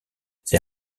they